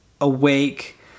awake